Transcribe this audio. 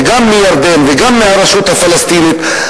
גם מירדן וגם מהרשות הפלסטינית,